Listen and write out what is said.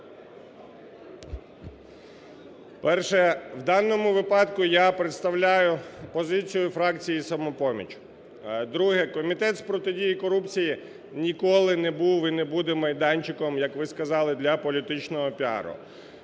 Перше. В даному випадку я представляю позицію фракції "Самопоміч". Друге. Комітет з протидії корупції ніколи не був і не буде майданчиком, як ви сказали, для політичного піару.